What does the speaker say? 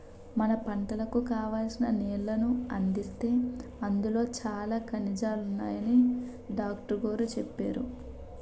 మన పంటలకు కావాల్సిన నీళ్ళను అందిస్తే అందులో చాలా ఖనిజాలున్నాయని డాట్రుగోరు చెప్పేరు